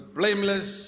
blameless